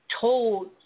told